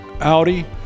Audi